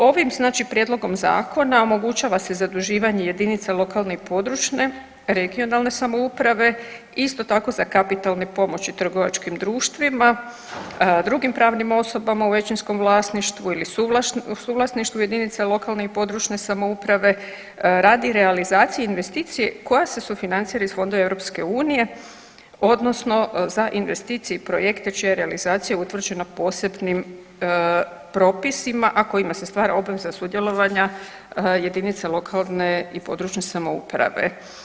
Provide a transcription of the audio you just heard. Ovim znači prijedlogom zakona omogućava se zaduživanje jedinica lokalne i područne (regionalne) samouprave, isto tako za kapitalne pomoći trgovačkim društvima, drugim pravnim osobama u većinskom vlasništvu ili suvlasništvu jedinica lokalne i područne samouprave radi realizacije investicije koja se sufinancira iz fondova EU odnosno za investicije i projekte čija je realizacija utvrđena posebnim propisima, a kojima se stvara obveza sudjelovanja jedinica lokalne i područne samouprave.